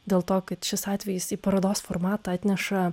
dėl to kad šis atvejis į parodos formatą atneša